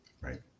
right